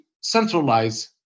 centralize